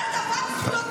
כל דבר "זכויות נשים".